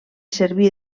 serví